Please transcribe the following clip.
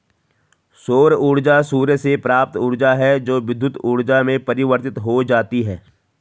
सौर ऊर्जा सूर्य से प्राप्त ऊर्जा है जो विद्युत ऊर्जा में परिवर्तित हो जाती है